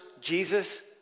Jesus